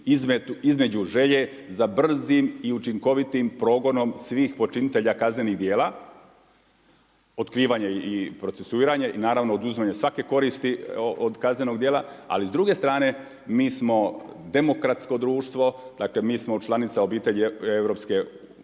između želje za brzim i učinkovitim progonom svih počinitelja kaznenih djela otkrivanje i procesuiranje i naravno oduzimanje svake koristi od kaznenog djela. Ali s druge strane mi smo demokratsko društvo, mi smo članica obitelji država